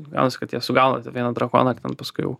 gaunasi kad jie sugauna ten vieną drakoną ir ten paskui jau